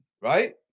right